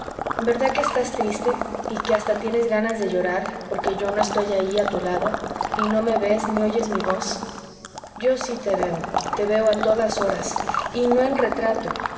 verdad que estás triste y que hasta tienes ganas de llorar porque no estoy allí a tu lado y no me ves ni oyes mi voz yo si te veo te veo a todas horas y no en retrato